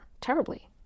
terribly